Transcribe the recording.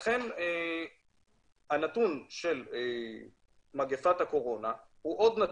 לכן הנתון של מגפת הקורונה הוא עוד נתון,